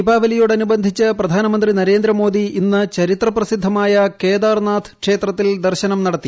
ദീപാവലിയോടനുബന്ധിച്ച് പ്രധാനമന്ത്രി നരേന്ദ്രമോദി ഇന്ന് ചരിത്ര പ്രസിദ്ധമായ കേദാർനാഥ് ക്ഷേത്രത്തിൽ ദർശനം നടത്തി